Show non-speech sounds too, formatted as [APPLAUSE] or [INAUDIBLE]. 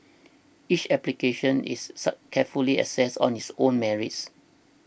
each application is [UNINTELLIGIBLE] carefully assessed on its own merits